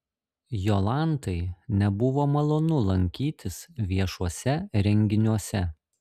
jolantai nebuvo malonu lankytis viešuose renginiuose